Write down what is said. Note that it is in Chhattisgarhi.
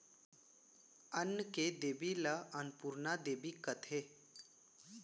अन्न के देबी ल अनपुरना देबी कथें